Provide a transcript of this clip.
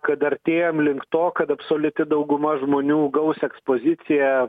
kad artėjam link to kad absoliuti dauguma žmonių gaus ekspoziciją